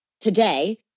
today